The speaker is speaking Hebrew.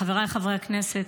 חבריי חברי הכנסת,